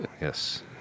Yes